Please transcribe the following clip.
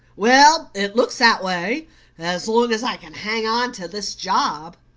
well, it looks that way as long as i can hang on to this job.